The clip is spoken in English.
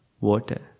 water